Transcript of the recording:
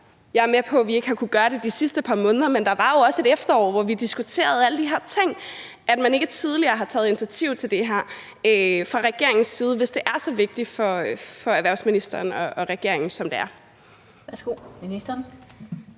Jeg er med på, at vi ikke har kunnet gøre det de sidste par måneder, men der var jo også et efterår, hvor vi diskuterede alle de her ting, og derfor kan det undre mig, at man ikke tidligere har taget initiativ til det her fra regeringens side, hvis det er så vigtigt for erhvervsministeren og regeringen, som det er. Kl. 16:24 Den